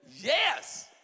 Yes